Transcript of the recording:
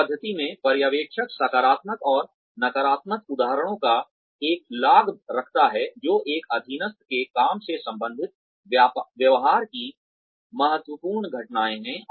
इस पद्धति में पर्यवेक्षक सकारात्मक और नकारात्मक उदाहरणों का एक लॉग रखता है जो एक अधीनस्थ के काम से संबंधित व्यवहार की महत्वपूर्ण घटनाएं हैं